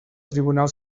tribunal